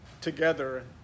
together